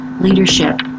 leadership